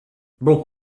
bon